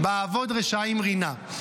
"באבוד רשעים, רינה".